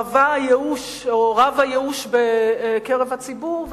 רב הייאוש בקרב הציבור,